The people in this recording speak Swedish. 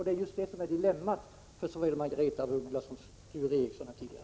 Det är just det som är dilemmat för såväl Margaretha af Ugglas som Sture Ericson.